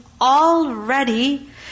already